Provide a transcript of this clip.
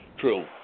True